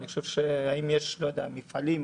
האם יש מפעלים,